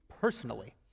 personally